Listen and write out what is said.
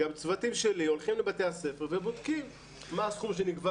גם צוותים שלי הולכים לבתי הספר ובודקים מה הסכום שנגבה